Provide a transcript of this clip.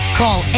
call